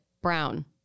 Brown